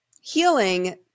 healing